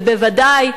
ובוודאי,